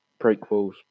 prequels